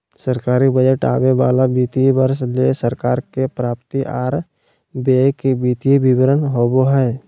सरकारी बजट आवे वाला वित्तीय वर्ष ले सरकार के प्राप्ति आर व्यय के वित्तीय विवरण होबो हय